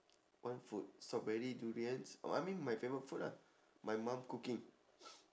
what food strawberry durians oh I mean my favourite food ah my mum cooking